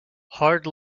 hard